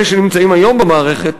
אלה שנמצאים היום במערכת,